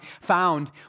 found